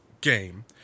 game